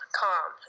calm